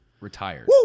retired